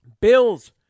Bills